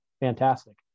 fantastic